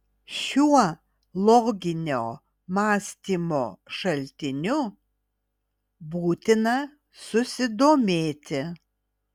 šiuo loginio mąstymo šaltiniu būtina susidomėti